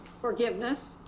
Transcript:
forgiveness